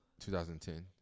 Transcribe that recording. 2010